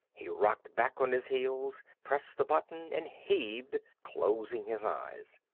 he rocked back on his heels, pressed the button, and heaved, closing his eyes.